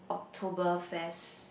Oktoberfest